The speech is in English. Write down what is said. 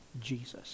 Jesus